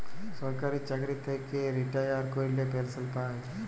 সরকারি চাকরি থ্যাইকে রিটায়ার ক্যইরে পেলসল পায়